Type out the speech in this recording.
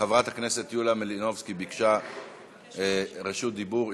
חברת הכנסת יוליה מלינובסקי ביקשה רשות דיבור.